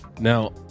Now